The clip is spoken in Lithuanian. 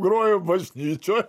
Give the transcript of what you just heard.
groja bažnyčioj